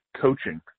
coaching